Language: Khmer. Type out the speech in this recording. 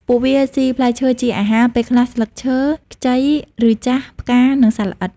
ពួកវាសុីផ្លែឈើជាអាហារ ពេលខ្លះស្លឹកឈើ ខ្ចី ឬចាស់ ផ្កានិងសត្វល្អិត។